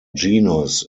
genus